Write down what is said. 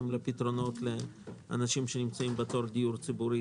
לפתרונות לאנשים שנמצאים בתור לדיור ציבורי,